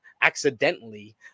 accidentally